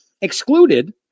Excluded